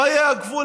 מה יהיה הגבול